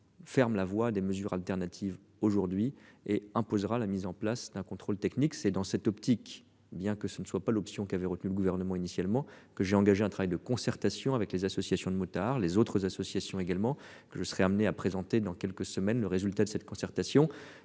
ferme la voix des mesures alternatives aujourd'hui et imposera la mise en place d'un contrôle technique. C'est dans cette optique, bien que ce ne soit pas l'option qu'avait retenu le gouvernement initialement que j'ai engagé un travail de concertation avec les associations de motards, les autres associations également je serai amené à présenter dans quelques semaines le résultat de cette concertation.